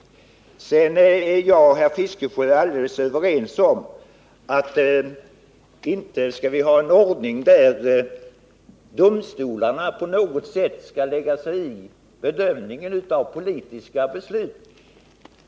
Vidare är jag och herr Fiskesjö alldeles överens om att vi inte skall ha en ordning, där domstolarna på något sätt skall lägga sig i bedömningen av politiska beslut.